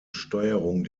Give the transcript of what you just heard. steuerung